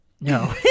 no